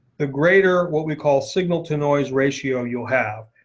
the greater what we call signal to noise ratio you'll have.